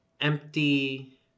empty